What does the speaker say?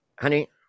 honey